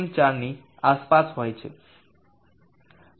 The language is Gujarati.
4 ની આસપાસ હોય છે